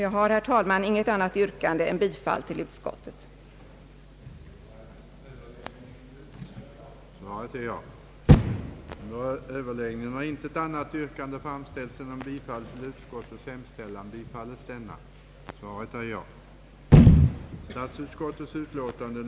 Jag har, herr talman, inget annat yrkande än bifall till utskottets förslag.